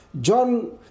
John